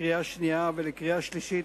לקריאה שנייה ולקריאה שלישית,